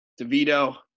DeVito –